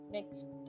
Next